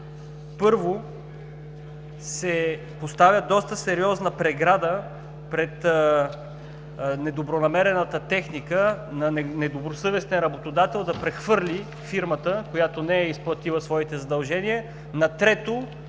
Първо, поставя се доста сериозна преграда пред недобронамерената техника на недобросъвестен работодател да прехвърли фирмата, която не е изплатила своите задължения,